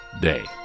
day